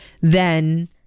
then-